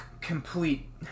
complete